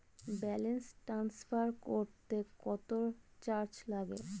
Balance transfer করতে কত charge লাগে?